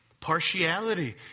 Partiality